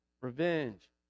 revenge